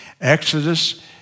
Exodus